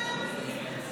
בדבר הפחתת תקציב לא נתקבלו.